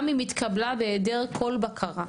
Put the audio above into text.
גם אם התקבלה בהעדר כל בקרה.